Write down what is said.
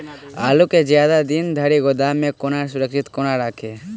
आलु केँ जियादा दिन धरि गोदाम मे कोना सुरक्षित कोना राखि?